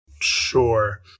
Sure